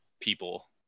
people